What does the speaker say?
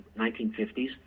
1950s